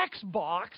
Xbox